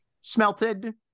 smelted